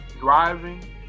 driving